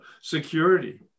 security